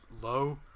low